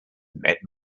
met